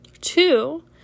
two